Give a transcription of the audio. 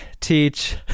teach